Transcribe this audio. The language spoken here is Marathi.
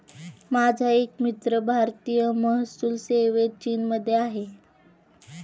माझा एक मित्र भारतीय महसूल सेवेत चीनमध्ये आहे